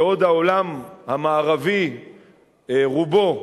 בעוד העולם המערבי רובו